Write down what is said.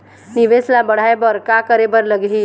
निवेश ला बढ़ाय बर का करे बर लगही?